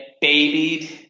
babied –